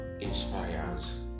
inspires